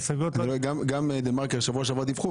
גם ב"דה מרקר" בשבוע שעבר דיווחו,